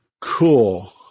cool